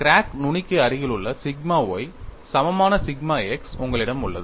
crack நுனிக்கு அருகிலுள்ள sigma y சமமான சிக்மா x உங்களிடம் உள்ளது